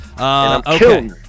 Okay